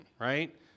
right